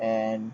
and